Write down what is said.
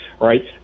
right